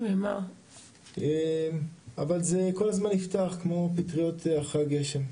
אבל זה כל הזמן נפתח כמו פטריות אחרי הגשם.